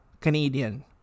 Canadian